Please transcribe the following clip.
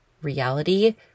reality